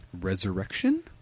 Resurrection